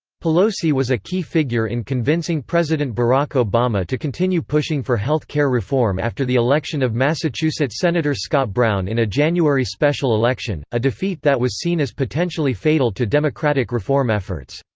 pelosi was a key figure in convincing president barack obama to continue pushing for health care reform after the election of massachusetts sen. scott brown in a january special election, a defeat that was seen as potentially fatal to democratic reform efforts.